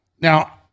Now